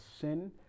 sin